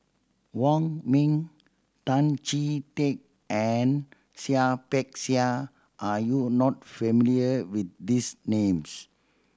Wong Ming Tan Chee Teck and Seah Peck Seah are you not familiar with these names